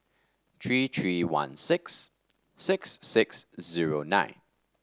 three three one six six six zero nine